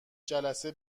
جلسه